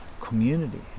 community